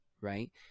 right